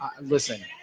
listen